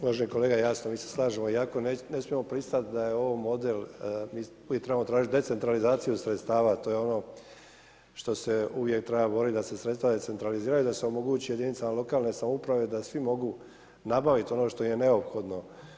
Uvaženi kolega jasno, mi se slažemo iako ne smijemo pristati da je ovo model, uvijek trebamo tražiti decentralizaciju sredstava, to je ono što se uvijek treba boriti da se sredstva decentraliziraju, da se omogući jedinicama lokalne samouprave da svi mogu nabaviti ono što im je neophodno.